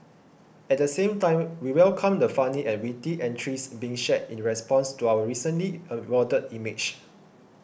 at the same time we welcome the funny and witty entries being shared in response to our recently awarded image